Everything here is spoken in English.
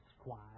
squire